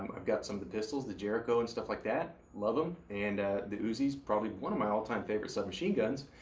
um i've got some of the pistols, the jericho and stuff like that. love em, and the uzis, probably one of my all-time favorite sub-machine guns,